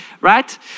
Right